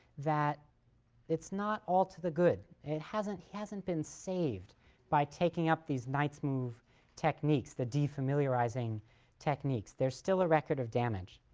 that it's not all to the good it hasn't hasn't been saved by taking up these knight's move techniques, the defamiliarizing techniques there's still a record of damage.